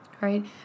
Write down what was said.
right